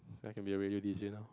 I can be a ready D_J now